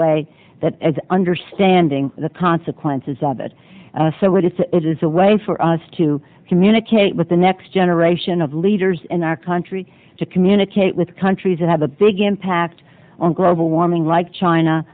way that understanding the consequences of it so what it's it is a way for us to communicate with the next generation of leaders in our country to communicate with countries that have a big impact on global warming like china